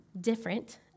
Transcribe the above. Different